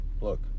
Look